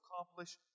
accomplish